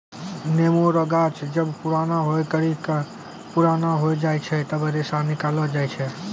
नेमो रो गाछ जब पुराणा होय करि के पुराना हो जाय छै तबै रेशा निकालो जाय छै